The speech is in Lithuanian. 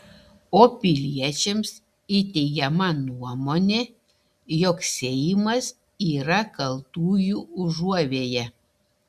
o piliečiams įteigiama nuomonė jog seimas yra kaltųjų užuovėja